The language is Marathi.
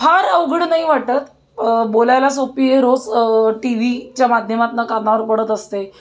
फार अवघड नाही वाटत बोलायला सोपी आहे रोज टी व्हीच्या माध्यमातून कानावर पडत असते